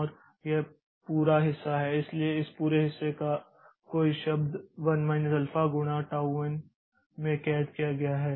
और यह पूरा हिस्सा है इसलिए इस पूरे हिस्से को इस शब्द 1 माइनस अल्फा गुणा टाऊ एन में कैद किया गया है